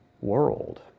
world